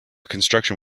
construction